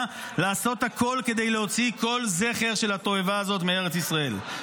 לעשות הכול כדי להוציא כל זכר של התועבה הזאת מארץ ישראל.